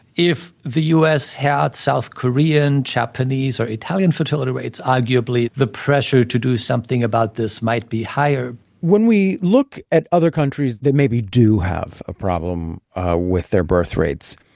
if the u s. had south korean, japanese or italian fertility rates, arguably, the pressure to do something about this might be higher when we look at other countries that maybe do have a problem with their birth rates,